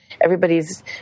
everybody's